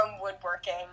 woodworking